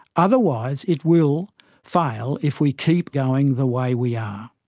otherwise it will fail if we keep going the way we are.